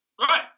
Right